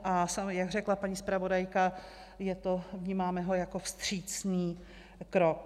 A jak řekla paní zpravodajka, vnímáme ho jako vstřícný krok.